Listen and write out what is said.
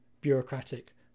bureaucratic